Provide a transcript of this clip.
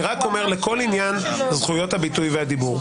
לכל עניין זכויות הביטוי והדיבור,